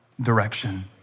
direction